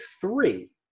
three